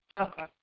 Okay